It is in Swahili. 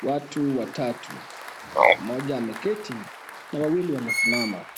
Watu watatu, mmoja ameketi wawili wamesimama.